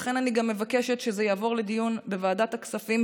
לכן, אני גם מבקשת שזה יעבור לדיון בוועדת הכספים.